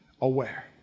Aware